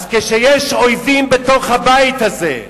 כשיש אויבים בתוך הבית הזה,